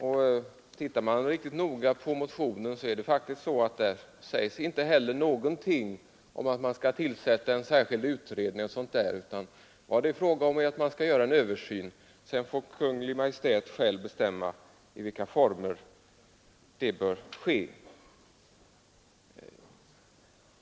Studerar man motionen noga finner man faktiskt också att där inte sägs någonting om att det skall tillsättas en särskild utredning eller något sådant. Vad det är fråga om är att göra en översyn, och Kungl. Maj:t får självständigt avgöra i vilka former den bör ske.